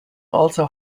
also